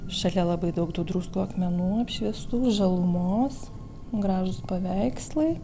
šalia labai daug tų druskų akmenų apšviestų žalumos gražūs paveikslai